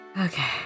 Okay